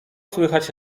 słychać